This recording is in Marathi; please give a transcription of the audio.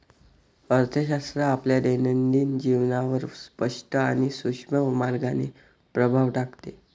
अर्थशास्त्र आपल्या दैनंदिन जीवनावर स्पष्ट आणि सूक्ष्म मार्गाने प्रभाव टाकते